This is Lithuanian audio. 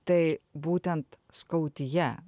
tai būtent skautija